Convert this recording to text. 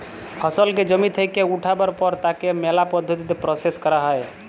ফসলকে জমি থেক্যে উঠাবার পর তাকে ম্যালা পদ্ধতিতে প্রসেস ক্যরা হ্যয়